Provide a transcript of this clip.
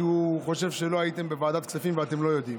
כי הוא חושב שלא הייתם בוועדת הכספים ואתם לא יודעים,